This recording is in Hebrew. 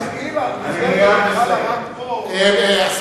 אז אם המסגרת הזאת חלה גם פה, אני כבר מסיים.